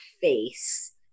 face